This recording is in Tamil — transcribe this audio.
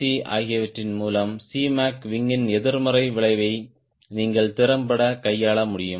c ஆகியவற்றின் மூலம் Cmac விங்கின் எதிர்மறை விளைவை நீங்கள் திறம்பட கையாள முடியும்